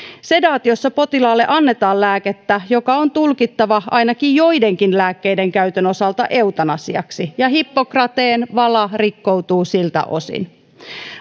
sedaatiossa potilaalle annetaan lääkettä joka on tulkittava ainakin joidenkin lääkkeiden käytön osalta eutanasiaksi ja hippokrateen vala rikkoutuu siltä osin